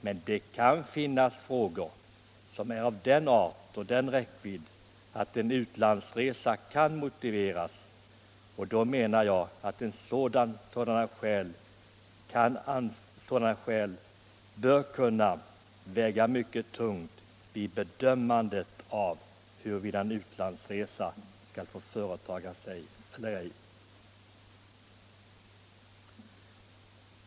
Men det kan finnas frågor som är av den art och den räckvidd att en utlandsresa är motiverad, och då menar jag att sådana skäl bör kunna väga mycket tungt vid bedömningen av huruvida en utlandsresa skall få företas eller ej.